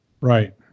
Right